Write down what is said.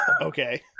Okay